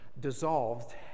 Dissolved